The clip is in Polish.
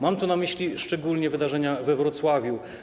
Mam tu na myśli szczególnie wydarzenia we Wrocławiu.